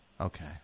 Okay